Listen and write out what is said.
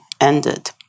ended